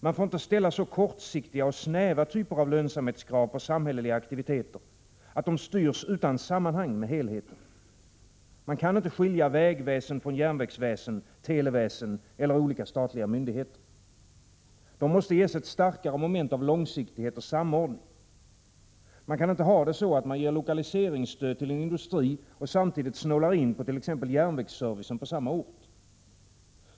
Man får inte ställa så kortsiktiga och snäva lönsamhetskrav på samhälleliga aktiviteter att de styrs utan sammanhang med helheten. Man kan inte skilja vägväsen från järnvägsväsen, televäsen eller olika statliga myndigheter. De måste ges ett starkare moment av långsiktighet och samordning. Man kan inte ha det så, att man ger lokaliseringsstöd till en industri och samtidigt snålar in på t.ex. järnvägsservicen på samma ort.